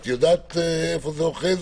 האם את יודעת איפה זה אוחז?